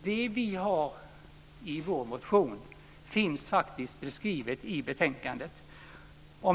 Herr talman! Det som vi har anfört i vår motion finns faktiskt beskrivet i betänkandet.